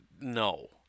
no